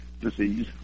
disease